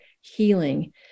healing